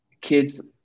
kids